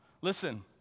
Listen